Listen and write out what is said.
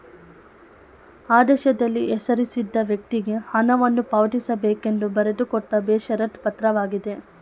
ಆದೇಶದಲ್ಲಿ ಹೆಸರಿಸಿದ ವ್ಯಕ್ತಿಗೆ ಹಣವನ್ನು ಪಾವತಿಸಬೇಕೆಂದು ಬರೆದುಕೊಟ್ಟ ಬೇಷರತ್ ಪತ್ರವಾಗಿದೆ